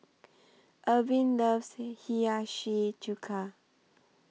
Ervin loves Hiyashi Chuka